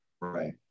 Right